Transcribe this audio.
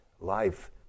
life